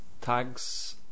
tags